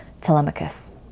Telemachus